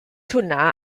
hwnna